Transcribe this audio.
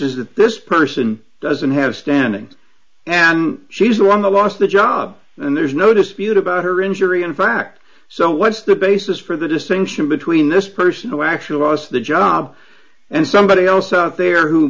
that this person doesn't have standing and she's won the last the job and there's no dispute about her injury in fact so what's the basis for the distinction between this person who actually was the job and somebody else there who